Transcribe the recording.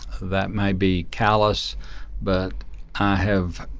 that may be callous but i have.